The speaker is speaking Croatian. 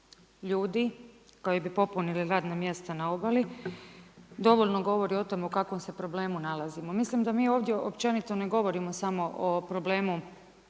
ljudi koji bi popunili radna mjesta na obali, dovoljno govori o tome u kakvom se problemu nalazimo. Mislim da mi ovdje općenito ne govorimo samo o problemu